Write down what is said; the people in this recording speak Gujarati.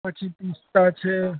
પછી પિસ્તા છે